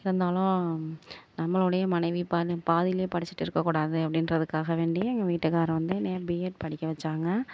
இருந்தாலும் நம்மளோடைய மனைவி பாதி பாதிலேயே படிச்சிட்டு இருக்கக்கூடாது அப்படின்றதுக்காக வேண்டி எங்கள் வீட்டுக்கார் வந்து என்னைய பிஎட் படிக்க வைச்சாங்க